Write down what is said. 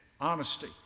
Honesty